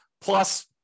Plus